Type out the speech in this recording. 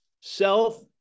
Self